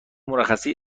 مرخصی